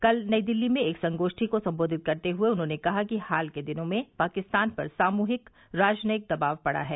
कल नई दिल्ली में एक संगोध्वी को संबोधित करते हए उन्होंने कहा कि हाल के दिनों में पाकिस्तान पर सामूहिक राजनयिक दबाव पड़ा है